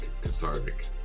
cathartic